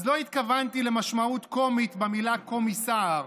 אז לא התכוונתי למשמעות קומית במילה קומיסער,